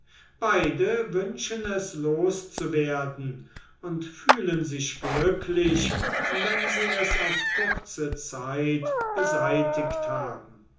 beide wünschen es loszuwerden und fühlen sich glücklich wenn sie es auf kurze zeit beseitigt haben